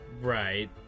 Right